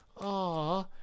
Aw